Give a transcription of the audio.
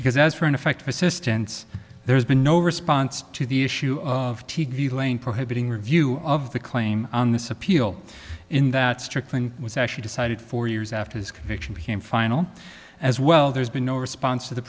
because as for ineffective assistance there's been no response to the issue of t v lane prohibiting review of the claim on this appeal in that strickland was actually decided four years after his conviction became final as well there's been no response to the